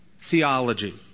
theology